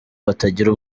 batagira